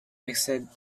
mixed